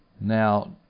now